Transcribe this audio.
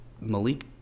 Malik